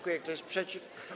Kto jest przeciw?